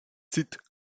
site